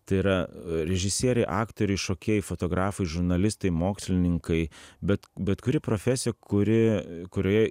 tai yra režisieriai aktoriai šokėjai fotografai žurnalistai mokslininkai bet bet kuri profesija kuri kurioje